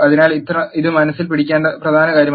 അതിനാൽ ഇത് മനസ്സിൽ പിടിക്കേണ്ട പ്രധാന കാര്യമാണ്